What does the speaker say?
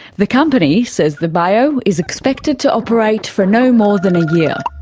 the company, says the bio, is expected to operate for no more than a year.